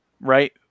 right